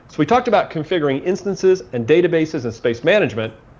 we talked about configuring instances, and databases, and space management.